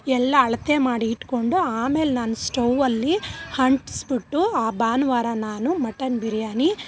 ಎಲ್ಲ ಅಳತೆ ಮಾಡಿ ಇಟ್ಕೊಂಡು ಆಮೇಲೆ ನಾನು ಸ್ಟೌವಲ್ಲಿ ಅಂಟ್ಸ್ಬುಟ್ಟು ಆ ಭಾನ್ವಾರ ನಾನು ಮಟನ್ ಬಿರಿಯಾನಿ